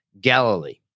Galilee